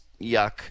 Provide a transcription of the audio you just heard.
yuck